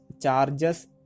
charges